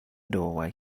doorway